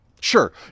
Sure